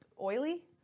oily